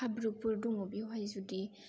हाब्रुफोर दङ बेयावहाय जुदि